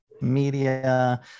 media